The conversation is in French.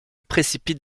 précipite